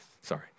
Sorry